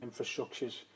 infrastructures